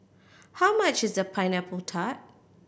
how much is Pineapple Tart